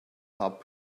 top